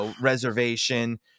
reservation